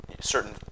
certain